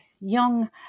young